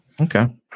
Okay